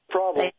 Problem